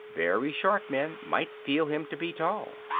very short men might feel him to be tall.